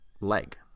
leg